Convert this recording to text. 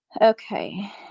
Okay